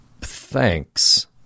Thanks